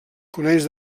coneix